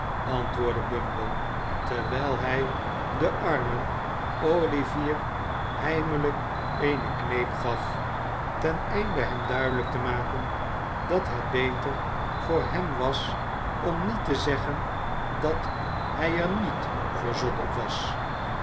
antwoordde bumble terwijl hij den armen olivier heimelijk eene kneep gaf ten einde hem duidelijk te maken dat het beter voor hem was om niet te zeggen dat hij er niet verzot op was